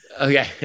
okay